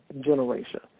generation